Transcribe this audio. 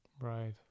Right